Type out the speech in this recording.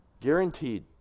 Guaranteed